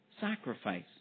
sacrifice